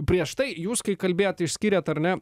prieš tai jūs kai kalbėjot išskyrėt ar ne